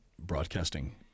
broadcasting